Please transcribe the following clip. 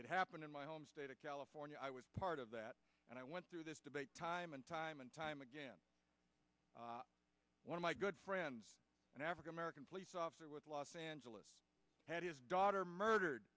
it happened in my home state of california i was part of that and i went through this debate time and time and time again one of my good friends an african american police officer with los angeles daughter murdered